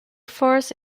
force